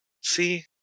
See